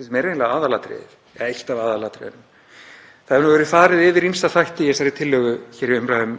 sem er eiginlega aðalatriðið eða eitt af aðalatriðunum. Það hefur verið farið yfir ýmsa þætti í þessari tillögu í umræðum